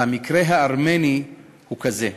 והמקרה הארמני הוא כזה.